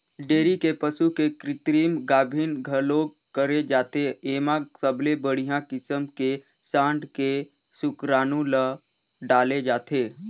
dairy के पसू के कृतिम गाभिन घलोक करे जाथे, एमा सबले बड़िहा किसम के सांड के सुकरानू ल डाले जाथे